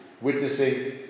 witnessing